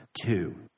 two